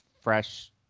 fresh